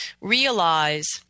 realize